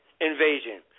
invasion